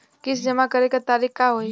किस्त जमा करे के तारीख का होई?